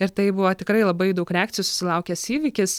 ir tai buvo tikrai labai daug reakcijų susilaukęs įvykis